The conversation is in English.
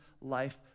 life